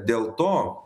dėl to